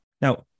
Now